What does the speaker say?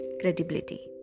credibility